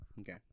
Okay